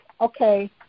okay